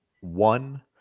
one